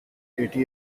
eighty